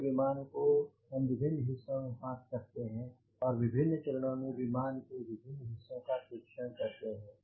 पूरे विमान को हम विभिन्न हिस्सों में बाँट सकते हैं और विभिन्न चरणों में विमान के विभिन्न हिस्सों का परीक्षण करते हैं